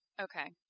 Okay